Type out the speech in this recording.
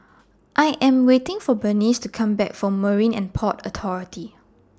I Am waiting For Berniece to Come Back from Marine and Port Authority